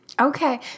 Okay